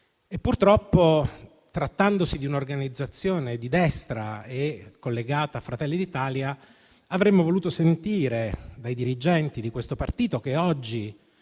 e purtroppo, trattandosi di un'organizzazione di destra e collegata a Fratelli d'Italia, avremmo voluto sentire dai dirigenti di questo partito che oggi